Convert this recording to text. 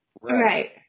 Right